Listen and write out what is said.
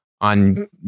on